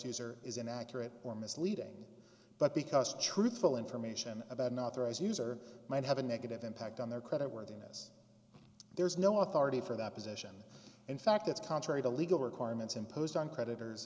user is inaccurate or misleading but because truthful information about not their eyes user might have a negative impact on their credit worthiness there is no authority for that position in fact it's contrary to legal requirements imposed on creditors